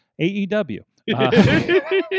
AEW